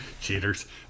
Cheaters